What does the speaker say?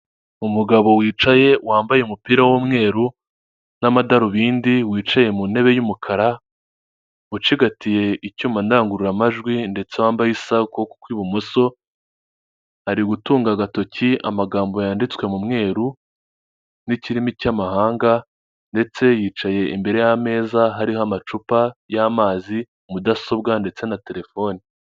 Umugabo wicaye wambaye umupira w'umweru n'amadarubindi, wicaye mu ntebe y'umukara, ucigatiye icyuma n'indangururamajwi, ndetse wambaye isaha ku kuboko kw'ibumoso. Ari gutunga agatoki amagambo yanditswe mu mweru mu kirimi cy'amahanga, ndetse yicaye imbere y'ameza ariho amacupa y'amazi, mudasobwa ndetse na telefoni.